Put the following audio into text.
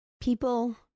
People